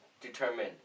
determine